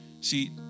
See